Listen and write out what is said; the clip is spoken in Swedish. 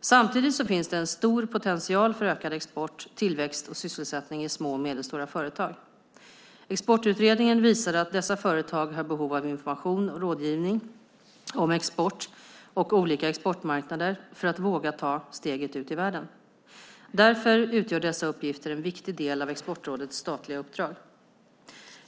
Samtidigt finns det en stor potential för ökad export, tillväxt och sysselsättning i små och medelstora företag. Exportutredningen visade att dessa företag har behov av information och rådgivning, om export och olika exportmarknader, för att våga ta steget ut i världen. Därför utgör dessa uppgifter en viktig del av Exportrådets statliga uppdrag.